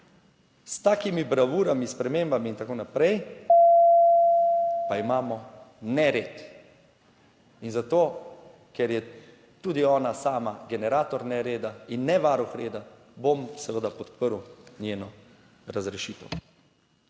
S takimi bravurami, spremembami in tako naprej pa imamo nered in zato, ker je tudi ona sama generator nereda in ne varuh reda, bom seveda podprl njeno razrešitev.